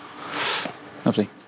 Lovely